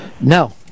No